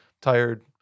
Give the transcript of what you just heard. tired